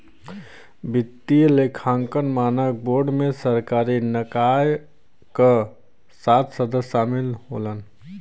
वित्तीय लेखांकन मानक बोर्ड में सरकारी निकाय क सात सदस्य शामिल होलन